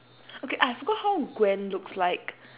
okay I forgot how gwen looks like